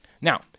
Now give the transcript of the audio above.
Now